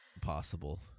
possible